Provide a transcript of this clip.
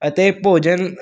ਅਤੇ ਭੋਜਨ